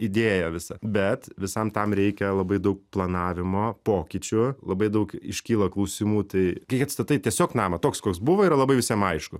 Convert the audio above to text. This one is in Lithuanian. idėją visą bet visam tam reikia labai daug planavimo pokyčių labai daug iškyla klausimų tai kai atstatai tiesiog namą toks koks buvo yra labai visiem aišku